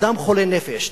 אדם חולה נפש,